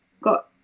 got